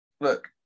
look